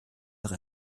noch